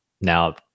Now